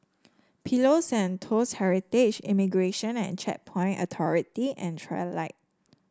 Pillows and Toast Heritage Immigration and Checkpoint Authority and Trilight